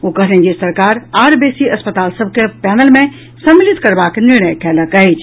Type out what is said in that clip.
ओ कहलनि जे सरकार आओर बेसी अस्पताल सभ के पैनल मे सम्मिलित करबाक निर्णय कयलक अछि